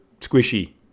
squishy